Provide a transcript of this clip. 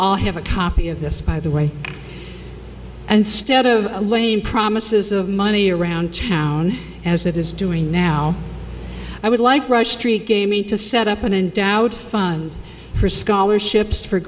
all have a copy of this by the way and stead of lame promises of money around town as it is doing now i would like rush street gamey to set up an endowed fund for scholarships for